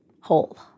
whole